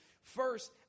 First